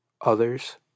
others